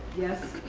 yes,